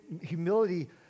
humility